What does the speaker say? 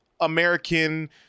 american